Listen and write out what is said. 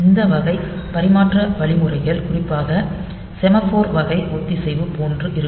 இந்த வகை பரிமாற்ற வழிமுறைகள் குறிப்பாக செமாஃபோர் வகை ஒத்திசைவு போன்று இருக்கும்